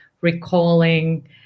recalling